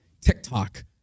TikTok